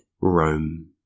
Rome